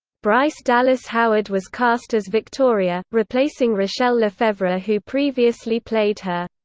bryce dallas howard was cast as victoria, replacing rachelle lefevre who previously played her.